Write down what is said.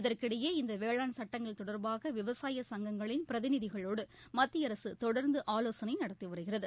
இதற்கிடையே இந்த வேளாண் சட்டங்கள் தொடர்பாக விவசாய சங்கங்களின் பிரதிநிதிகளோடு மத்திய அரசு தொடர்ந்து ஆலோசனை நடத்தி வருகிறது